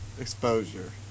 exposure